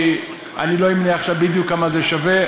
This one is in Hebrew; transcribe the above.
אני לא אמנה עכשיו בדיוק כמה זה שווה.